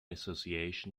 association